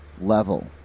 level